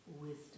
wisdom